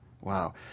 Wow